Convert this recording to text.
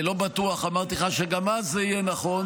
לא בטוח, אמרתי לך, שגם אז זה יהיה נכון.